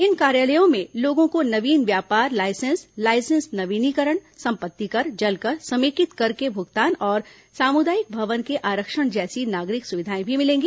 इन कार्यालयों में लोगों को नवीन व्यापार लाइसेंस लाइसेंस नवीनीकरण संपत्ति कर जल कर समेकित कर के भुगतान और सामुदायिक भवन के आरक्षण जैसी नागरिक सुविधाएं भी मिलेंगी